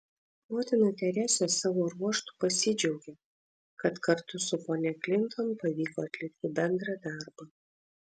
motina teresė savo ruožtu pasidžiaugė kad kartu su ponia klinton pavyko atlikti bendrą darbą